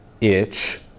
itch